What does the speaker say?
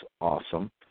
awesome